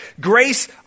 Grace